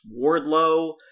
Wardlow